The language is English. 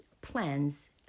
plans